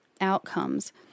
outcomes